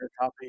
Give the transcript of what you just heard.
copy